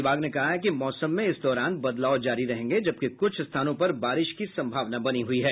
विभाग ने कहा है कि मौसम में इस दौरान बदलाव जारी रहेंगे जबकि कुछ स्थानों पर बारिश की सम्भावना बनी हुई है